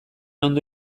ondo